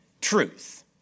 truth